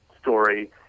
story